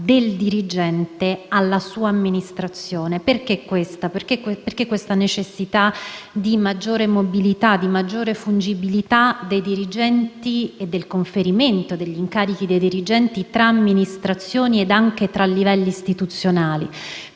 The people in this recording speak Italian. del dirigente alla sua amministrazione. Perché questa necessità di maggiore mobilità e fungibilità dei dirigenti e del conferimento degli incarichi tra amministrazioni e anche tra livelli istituzionali?